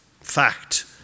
fact